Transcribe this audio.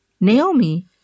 Naomi